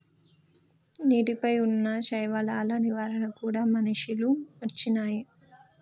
నీటి పై వున్నా శైవలాల నివారణ కూడా మషిణీలు వచ్చినాయి